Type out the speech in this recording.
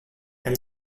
and